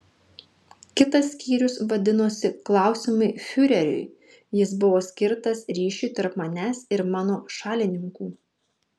kitas skyrius vadinosi klausimai fiureriui jis buvo skirtas ryšiui tarp manęs ir mano šalininkų